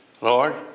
Lord